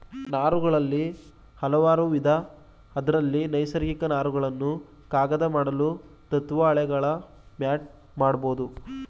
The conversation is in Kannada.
ನಾರುಗಳಲ್ಲಿ ಹಲವಾರುವಿಧ ಅದ್ರಲ್ಲಿ ನೈಸರ್ಗಿಕ ನಾರುಗಳನ್ನು ಕಾಗದ ಮಾಡಲು ಅತ್ವ ಹಾಳೆಗಳ ಮ್ಯಾಟ್ ಮಾಡ್ಬೋದು